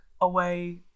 away